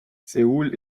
seoul